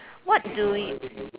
what do you